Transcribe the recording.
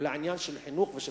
אלא עניין של חינוך והרגעה.